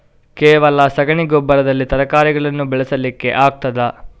ಕೇವಲ ಸಗಣಿ ಗೊಬ್ಬರದಲ್ಲಿ ತರಕಾರಿಗಳನ್ನು ಬೆಳೆಸಲಿಕ್ಕೆ ಆಗ್ತದಾ?